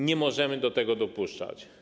Nie możemy do tego dopuszczać.